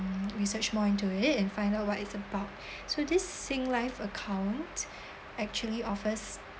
research more into it and find out what it's about so this sing live account actually offers